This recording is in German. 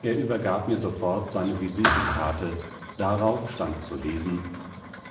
er übergab mir sofort seine visitenkarte darauf stand zu lesen